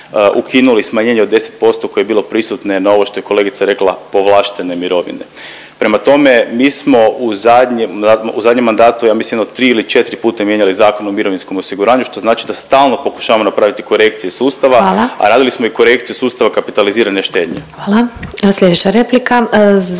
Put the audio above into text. ukinuli smanjenje od 10% koje je bilo prisutno na ovo što je kolegica rekla povlaštene mirovine. Prema tome, mi smo u zadnjem mandatu ja mislim jedno 3 ili 4 puta mijenjali Zakon o mirovinskom osiguranju što znači da stalno pokušavamo napraviti korekcije sustava, a … …/Upadica Sabina Glasovac: Hvala./… … radili smo i korekcije sustava kapitalizirane štednje.